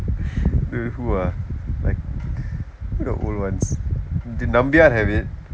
wait who ah like the old ones did nambiar have it